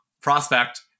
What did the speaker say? prospect